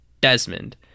desmond